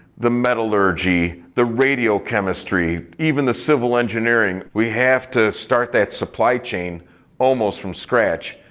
the metallurgy. the radiochemistry. even the civil engineering. we have to start that supply chain almost from scratch.